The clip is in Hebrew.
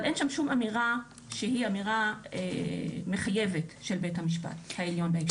אבל אין שם שום אמירה שהיא אמירה מחייבת של בית המשפט העליון בהקשר הזה.